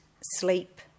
sleep